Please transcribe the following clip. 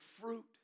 fruit